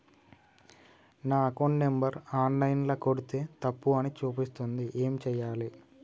నా account number online ల కొడ్తే తప్పు అని చూపిస్తాంది ఏం చేయాలి?